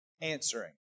answering